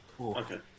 Okay